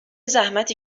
زحمتی